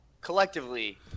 collectively